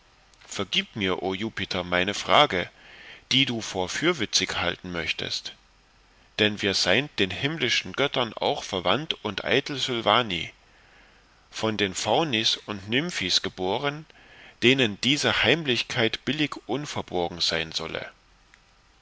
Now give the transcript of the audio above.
vergib mir o jupiter meine frage die du vor fürwitzig halten möchtest dann wir seind den himmlischen göttern auch verwandt und eitel sylvani von den faunis und nymphis geboren denen diese heimlichkeit billig unverborgen sein solle